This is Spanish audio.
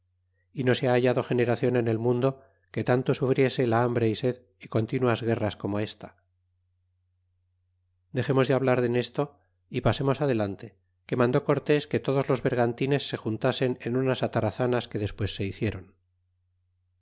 y no se ha hallado generacion en el mundo que tanto sufriese la hambre y sed y continuas guerras como asta dexemos de hablar en esto y pasemos adelante que mandó cortés que todos los bergantines se juntasen en unas atarazanas que despues se hicieron